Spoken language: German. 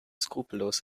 skrupellos